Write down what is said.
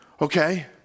Okay